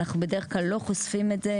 אנחנו בדרך כלל לא חושפים את זה,